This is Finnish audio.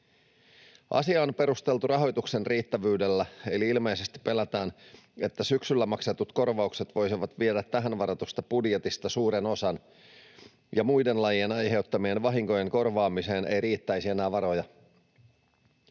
Asiaa on perusteltu rahoituksen riittävyydellä, eli ilmeisesti pelätään, että syksyllä maksetut korvaukset voisivat viedä tähän varatusta budjetista suuren osan ja muiden lajien aiheuttamien vahinkojen korvaamiseen ei riittäisi enää varoja.